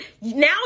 now